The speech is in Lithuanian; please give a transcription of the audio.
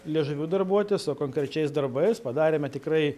liežuviu darbuotis o konkrečiais darbais padarėme tikrai